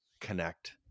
connect